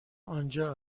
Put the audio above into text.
آنجا